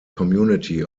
community